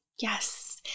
Yes